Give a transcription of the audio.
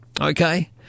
okay